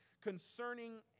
Concerning